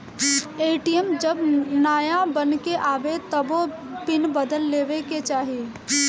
ATM जब नाया बन के आवे तबो पिन बदल लेवे के चाही